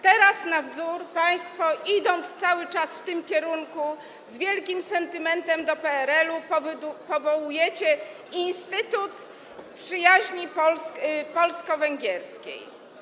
Teraz, na wzór tego, państwo, idąc cały czas w tym kierunku, z wielki sentymentem do PRL-u, powołujecie instytut przyjaźni polsko-węgierskiej.